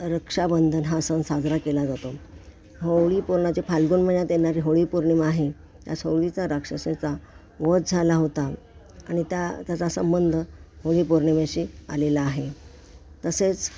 रक्षाबंधन हा सण साजरा केला जातो होळी पोर्नाचे फाल्गुन महिन्यात येणारी होळी पौर्णिमा आहे त्याच होळीचा राक्षिसणीचा वध झाला होता आणि त्या त्याचा संबंध होळीपौर्णिमेशी आलेला आहे तसेच